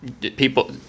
people